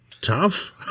tough